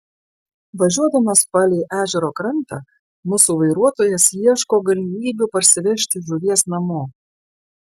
važiuodamas palei ežero krantą mūsų vairuotojas ieško galimybių parsivežti žuvies namo